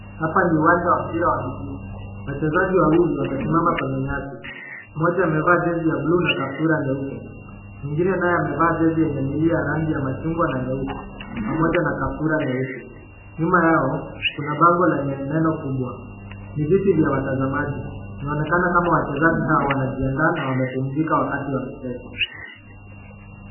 Hapa ni uwanja wa mpira wa miguu. Wachezaji wawili wamesimama kwenye nyasi. Mmoja amevaa jezi ya blue na kaptura nyeupe, mwingine naye amevaa jezi yenye mili ya rangi ya njano na nyeusi pamoja na kaptura nyeusi, nyuma yao kuna bango lenye neno kubwa. Ni viti vya watazamaji inaonekana kama wachezaji hawa wanajiandaa na wamepumzika wakati wa michezo.